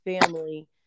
family